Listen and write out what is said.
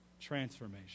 transformation